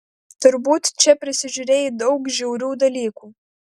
turbūt čia prisižiūrėjai daug žiaurių dalykų